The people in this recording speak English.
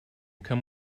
come